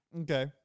Okay